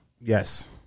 Yes